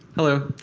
hello.